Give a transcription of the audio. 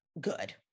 good